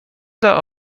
dla